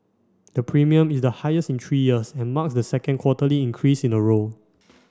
the premium is the highest in three years and marks the second quarterly increase in a row